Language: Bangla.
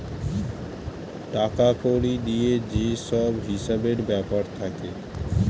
টাকা কড়ি দিয়ে যে সব হিসেবের ব্যাপার থাকে